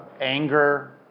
anger